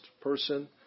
person